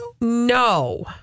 No